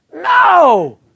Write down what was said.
No